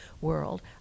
world